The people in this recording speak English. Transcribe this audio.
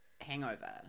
hangover